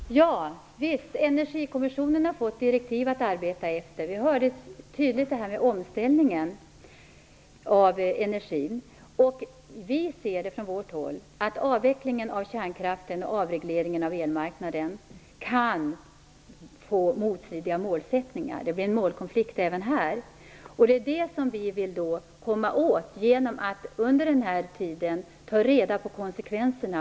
Herr talman! Ja visst! Energikommissionen har fått direktiv att arbeta efter. Vi hörde tydligt detta om omställningen av energin. Vi i Miljöpartiet anser att avvecklingen av kärnkraften och avregleringen av elmarknaden kan få motstridiga målsättningar. Det blir även här en målkonflikt. Det är det som vi vill komma åt genom att under tiden ta reda på konsekvenserna.